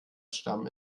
stamm